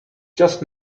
just